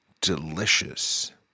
delicious